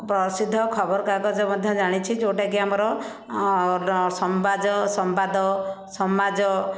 ପ୍ରସିଦ୍ଧ ଖବରକାଗଜ ମଧ୍ୟ ଜାଣିଛି ଜେଉଁଟାକି ଆମର ସମ୍ବାଜ ସମ୍ବାଦ ସମାଜ